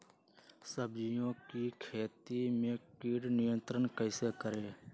सब्जियों की खेती में कीट नियंत्रण कैसे करें?